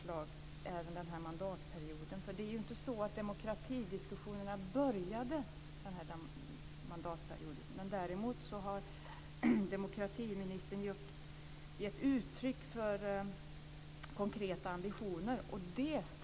Jag är inte alls desillusionerad och hyser inte på något sätt misstro mot att vi inte skulle kunna lyckas.